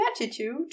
attitude